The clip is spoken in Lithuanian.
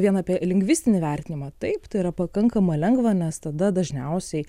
vien apie lingvistinį vertinimą taip tai yra pakankamai lengva nes tada dažniausiai